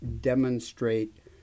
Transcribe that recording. demonstrate